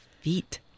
feet